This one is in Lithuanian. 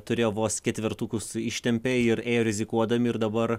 turėjo vos ketvertukus ištempė ir ėjo rizikuodami ir dabar